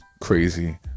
crazy